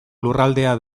lurraldea